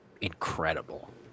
incredible